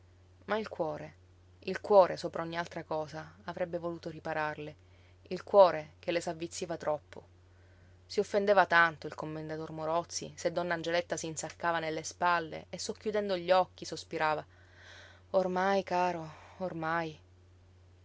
ma il cuore il cuore sopra ogni altra cosa avrebbe voluto ripararle il cuore che le s'avvizziva troppo si offendeva tanto il commendator morozzi se donna angeletta s'insaccava nelle spalle e socchiudendo gli occhi sospirava ormai caro ormai